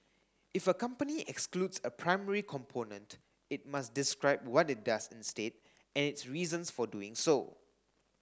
if a company excludes a primary component it must describe what it does instead and its reasons for doing so